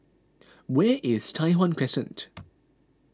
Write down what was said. where is Tai Hwan Crescent